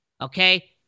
Okay